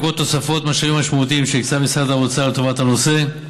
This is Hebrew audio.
בעקבות תוספות משאבים משמעותיות שהקצה משרד האוצר לטובת הנושא,